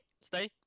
Stay